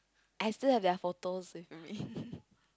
I still have their photos with me